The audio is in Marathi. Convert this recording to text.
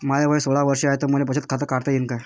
माय वय सोळा वर्ष हाय त मले बचत खात काढता येईन का?